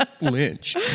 Lynch